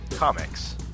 Comics